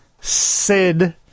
SID